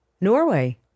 Norway